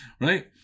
right